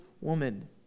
woman